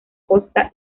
costa